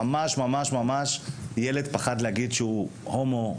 ילד ממש פחד להגיד שהוא הומו,